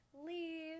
leave